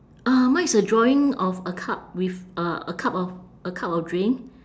uh mine is a drawing of a cup with a a cup of a cup of drink